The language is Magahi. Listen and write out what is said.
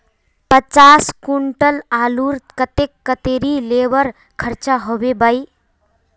पचास कुंटल आलूर केते कतेरी लेबर खर्चा होबे बई?